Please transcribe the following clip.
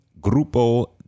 Grupo